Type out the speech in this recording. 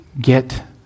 get